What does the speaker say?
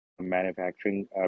manufacturing